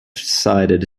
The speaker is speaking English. sided